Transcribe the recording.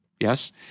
yes